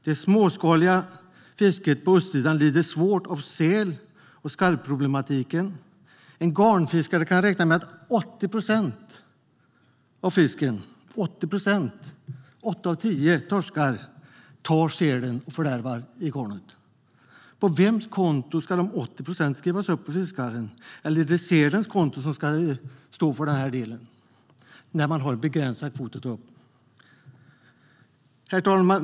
Det småskaliga fisket på östsidan lider svårt av säl och skarvproblematiken - en garnfiskare kan räkna med att sälen tar och fördärvar 80 procent av fisken i garnet. Sälen tar alltså åtta av tio torskar. På vems konto ska dessa 80 procent skrivas upp? Är det på fiskarens, eller är det sälens konto som ska stå för den delen? Man har ju en begränsad kvot att ta upp. Herr talman!